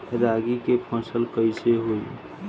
रागी के फसल कईसे होई?